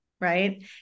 right